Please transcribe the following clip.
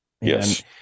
Yes